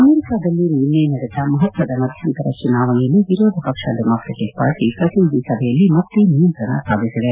ಅಮೆರಿಕಾದಲ್ಲಿ ನಿನ್ನೆ ನಡೆದ ಮಪತ್ವದ ಮಧ್ಯಂತರ ಚುನಾವಣೆಯಲ್ಲಿ ವಿರೋಧ ಪಕ್ಷ ಡೆಮಾಕ್ರಟಿಕ್ ಪಾರ್ಟಿ ಪ್ರತಿನಿಧಿ ಸಭೆಯಲ್ಲಿ ಮತ್ತೆ ನಿಯಂತ್ರಣ ಸಾಧಿಸಿದೆ